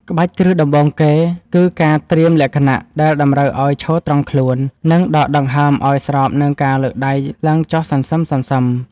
ក្បាច់គ្រឹះដំបូងគេគឺ ការត្រៀមលក្ខណៈ ដែលតម្រូវឱ្យឈរត្រង់ខ្លួន និងដកដង្ហើមឱ្យស្របនឹងការលើកដៃឡើងចុះសន្សឹមៗ។